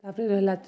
ତା'ପରେ ରହେଲା